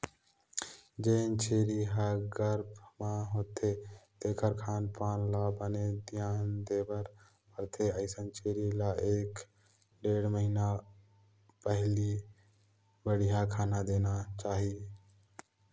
जेन छेरी ह गरभ म होथे तेखर खान पान ल बने धियान देबर परथे, अइसन छेरी ल एक ढ़ेड़ महिना पहिली बड़िहा खाना देना चाही